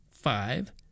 five